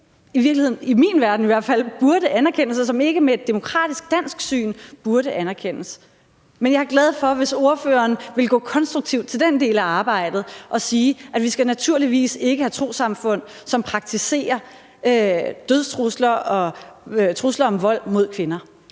i virkeligheden ikke – i min verden i hvert fald – burde anerkendes, og som ikke med et demokratisk dansk syn burde anerkendes. Men jeg er glad for, hvis ordføreren vil gå konstruktivt til den del af arbejdet og sige, at vi naturligvis ikke skal have trossamfund, som praktiserer dødstrusler og trusler om vold mod kvinder.